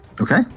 Okay